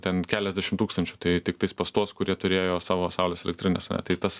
ten keliasdešimt tūkstančių tai tiktais pas tuos kurie turėjo savo saulės elektrines ane tai tas